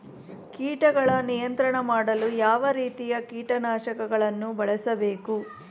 ಕೀಟಗಳ ನಿಯಂತ್ರಣ ಮಾಡಲು ಯಾವ ರೀತಿಯ ಕೀಟನಾಶಕಗಳನ್ನು ಬಳಸಬೇಕು?